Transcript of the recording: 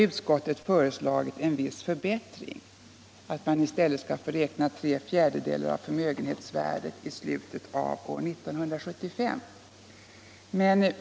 Utskottet har föreslagit en viss förbättring, nämligen tre fjärdedelar av förmögenhetsvärdet i slutet av 1975.